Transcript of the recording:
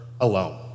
alone